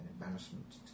embarrassment